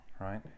right